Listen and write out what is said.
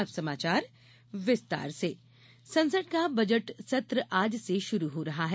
अब समाचार विस्तार से बजट सत्र संसद का बजट सत्र आज से शुरू हो रहा है